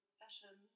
fashion